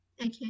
okay